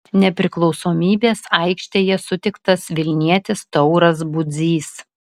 nepriklausomybės aikštėje sutiktas vilnietis tauras budzys